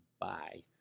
bye